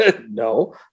no